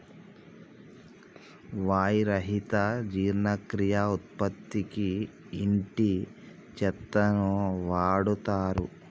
వాయి రహిత జీర్ణక్రియ ఉత్పత్తికి ఇంటి చెత్తను వాడుతారు